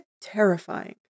terrifying